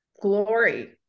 glory